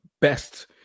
best